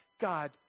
God